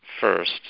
first